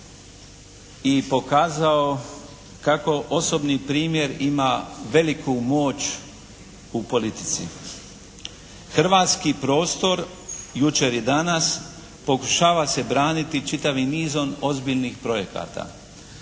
i pokazao kako osobni primjer ima veliku moć u politici. Hrvatski prostor jučer i danas pokušava se braniti čitavim nizom ozbiljnih projekata.